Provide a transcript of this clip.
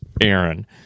Aaron